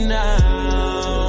now